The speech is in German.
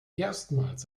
erstmals